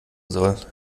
soll